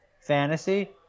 fantasy